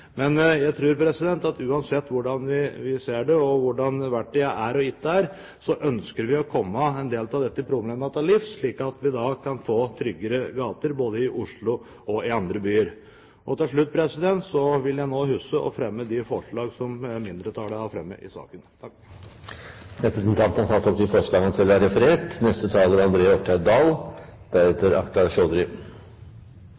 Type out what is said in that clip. Jeg tror at uansett hvordan vi ser det, og hvordan de verktøyene er og ikke er, ønsker vi å komme en del av disse problemene til livs, slik at vi kan få tryggere gater, både i Oslo og i andre byer. Til slutt vil jeg ta opp de forslag som mindretallet har fremmet i saken. Representanten Morten Ørsal Johansen har tatt opp de forslagene han refererte til. Denne debatten har vi hatt før. Det er